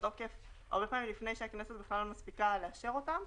לתוקף הרבה פעמים לפני שהכנסת בכלל מספיקה לאשר אותן,